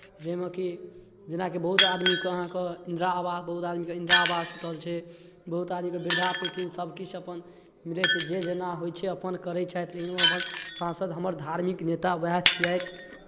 जाहिमे कि जेनाकि बहुत आदमीके अहाँके इंदिरा आवास बहुत आदमीके इंदिरा आवास भेटल छै बहुत आदमीके वृद्धा पेंशन सभकिछु अपन मिलै छै जे जेना होइ छै अपन करै छथि एहिमे अपन सांसद हमर धार्मिक नेता उएह छियथि